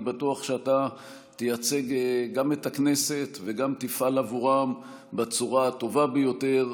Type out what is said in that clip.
אני בטוח שאתה תייצג גם את הכנסת וגם תפעל בעבורם בצורה הטובה ביותר.